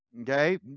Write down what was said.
Okay